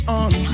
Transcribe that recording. on